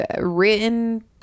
written